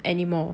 anymore